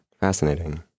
Fascinating